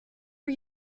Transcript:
are